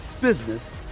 business